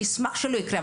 ואני אשמח שזה לא יקרה,